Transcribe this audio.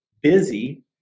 busy